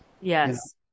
Yes